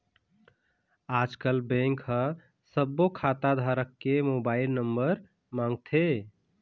आजकल बेंक ह सब्बो खाता धारक के मोबाईल नंबर मांगथे